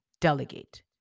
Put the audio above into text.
delegate